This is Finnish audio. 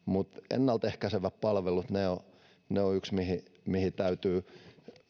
ennaltaehkäisevät palvelut ovat yksi mihin täytyy